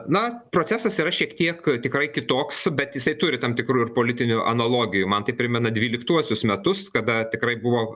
na procesas yra šiek tiek tikrai kitoks bet jisai turi tam tikrų ir politinių analogijų man tai primena dvyliktuosius metus kada tikrai buvo